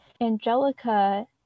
Angelica